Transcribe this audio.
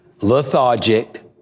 lethargic